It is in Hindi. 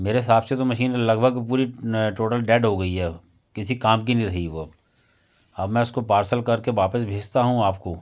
मेरे हिसाब से तो मशीन लगभग पूरी टोटल डेड हो गई है अब किसी काम की नहीं रही वो अब मैं उसको पार्सल कर के वापस भेजता हूँ आपको